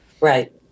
right